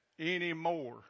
anymore